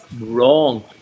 wrong